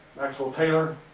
maxwell taylor